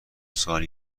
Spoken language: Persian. سال